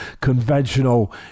conventional